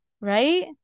right